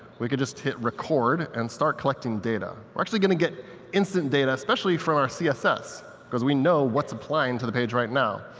we can just hit record and start collecting data. we're going to get instant data, especially from our css, because we know what's applying to the page right now.